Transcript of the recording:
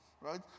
right